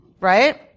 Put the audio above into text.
Right